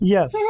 Yes